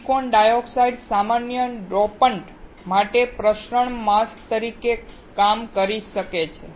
silicon dioxide સામાન્ય dopants માટે પ્રસરણ માસ્ક તરીકે કામ કરી શકે છે